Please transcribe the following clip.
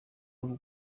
w’u